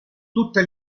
tutte